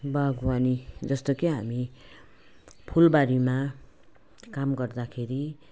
बागवानी जस्तो कि हामी फुलबारीमा काम गर्दाखेरि